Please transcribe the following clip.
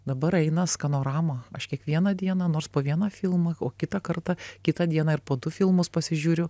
dabar eina skanorama aš kiekvieną dieną nors po vieną filmą o kitą kartą kitą dieną ir po du filmus pasižiūriu